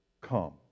come